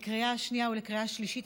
לקריאה שנייה ולקריאה שלישית,